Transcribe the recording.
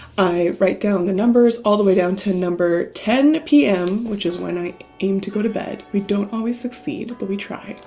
i write down the numbers all the way down to number ten pm, which is when i aim to go to bed. we don't always succeed but we try.